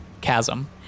chasm